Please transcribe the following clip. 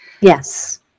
Yes